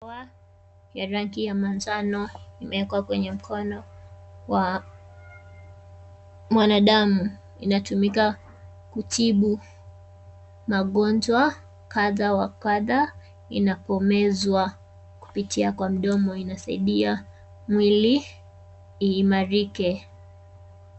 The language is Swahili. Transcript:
Dawa yenye rangi ya manjano imeshikwa kwenye mkono wa mwanadamu. Inatumika kutibu naonjwa kadha wa kadha inapomezwa kupitia kwa mdomo. Inasaidia mwili iimarike.